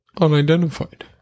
unidentified